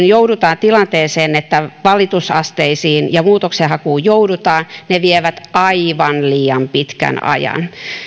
joudutaan tilanteeseen että valitusasteisiin ja muutoksenhakuun joudutaan ne vievät kokonaisuudessaan aivan liian pitkän ajan